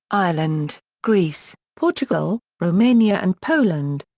ireland, greece, portugal, romania and poland.